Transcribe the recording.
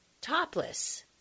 topless